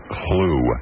clue